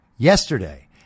Yesterday